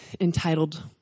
entitled